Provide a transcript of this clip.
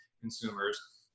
consumers